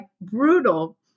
brutal